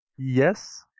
Yes